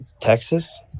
Texas